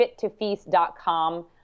fittofeast.com